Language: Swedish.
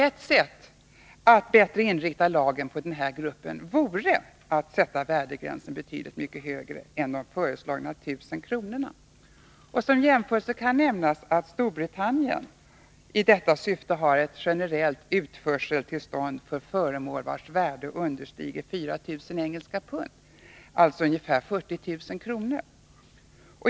Ett sätt att bättre inrikta lagen på denna grupp av föremål vore att sätta värdegränsen betydligt högre än föreslagna 1 000 kr. Som jämförelse kan nämnas att Storbritannien i detta syfte har ett generellt utförseltillstånd för föremål vilkas värde understiger 4 000 engelska pund, alltså ungefär 40 000 kr.